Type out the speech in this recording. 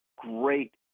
great